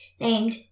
named